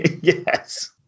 Yes